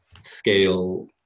scale